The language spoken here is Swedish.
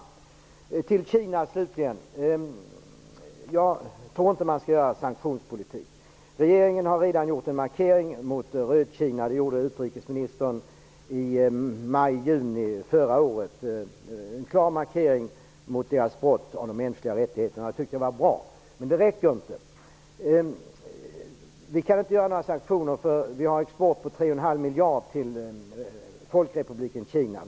När det gäller Kina tror jag inte att man skall bedriva någon sanktionspolitik. Regeringen har redan gjort en markering mot Rödkina. Utrikesministern gjorde i maj-juni förra året en klar markering mot Kinas brott mot de mänskliga rättigheterna. Men det räcker inte. Vi kan inte införa några sanktioner, eftersom vi har en export till Folkrepubliken Kina på 3,5 miljarder kronor.